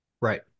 Right